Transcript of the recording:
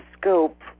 scope